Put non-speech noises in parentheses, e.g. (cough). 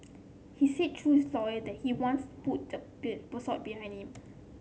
he said through his lawyer that he wants put (unintelligible) put (unintelligible) behind him